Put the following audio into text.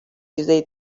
چیزای